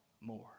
more